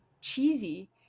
cheesy